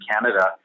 Canada